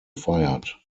fired